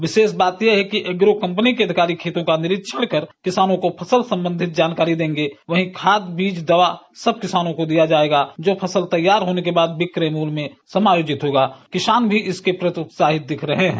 विशेष बात यह है कि एग्रो कंपनी के अधिकारी खेतों का निरीक्षण कर किसानों को फसल सम्बंधित जानकारी देंगे वही खाद दवा बीज सब किसानों को दिया जाएगा जो फसल तैयार होने के बाद विक्रय मूल्य में समायोजित होगाकिसान भी इसके प्रति उत्साहित देखे जा रहे हैं